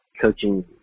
coaching